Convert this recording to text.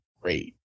great